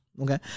Okay